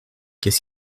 qu’est